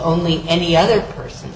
only any other person